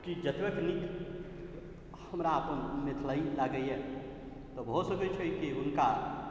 की जतबे नीक हमरा अपन मैथिली लागैए तऽ भऽ सकै छै हुनका